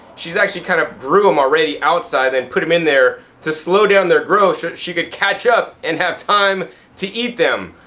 she's actually kind of grown them already outside and put them in there to slow down their growth so that she could catch up and have time to eat them.